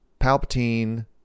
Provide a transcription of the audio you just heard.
Palpatine